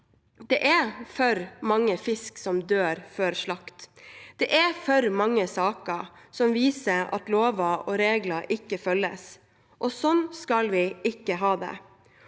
Det er for mange fisk som dør før slakt, det er for mange saker som viser at lover og regler ikke følges, og sånn skal vi ikke ha det.